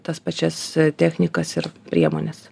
tas pačias technikas ir priemones